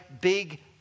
big